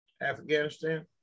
Afghanistan